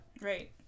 Right